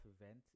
event